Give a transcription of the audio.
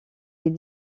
est